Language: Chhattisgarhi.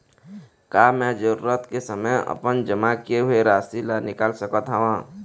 का मैं जरूरत के समय अपन जमा किए हुए राशि ला निकाल सकत हव?